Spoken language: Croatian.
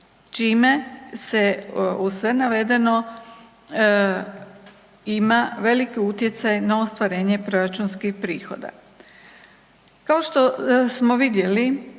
čime se uz sve navedeno ima velik utjecaj na ostvarenje proračunskih prihoda. Kao što smo vidjeli,